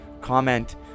Comment